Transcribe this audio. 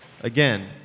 Again